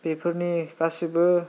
बेफोरनि गासैबो